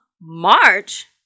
March